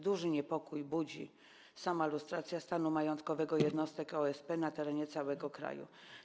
Duży niepokój budzi sama lustracja stanu majątkowego jednostek OSP na terenie całego kraju.